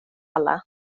alla